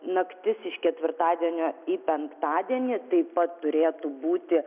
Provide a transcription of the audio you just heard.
naktis iš ketvirtadienio į penktadienį taip pat turėtų būti